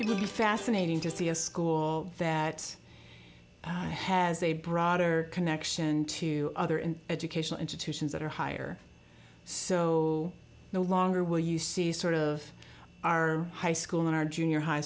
you fascinating to see a school that has a broader connection to other and educational institutions that are higher so no longer will you see sort of our high school in our junior high